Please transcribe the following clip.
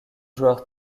joueur